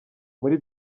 muri